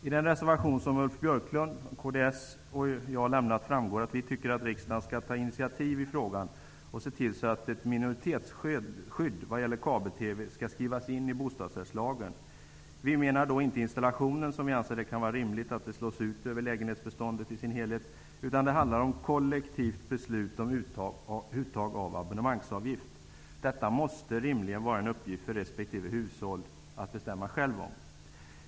Av den reservation som Ulf Björklund, kds, och jag har lämnat framgår att vi tycker att riksdagen skall ta initiativ i frågan och se till att ett minoritetsskydd vad gäller kabel-TV skrivs in i bostadsrättslagen. Vi menar då inte kostnaderna för installationen -- vi anser att det kan vara rimligt att de slås ut över lägenhetsbeståndet i dess helhet -- utan det handlar om kollektivt beslutande om uttag av abonnemangsavgift. Detta måste rimligen vara en uppgift för respektive hushåll att själv bestämma om.